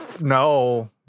No